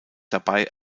dabei